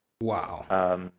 Wow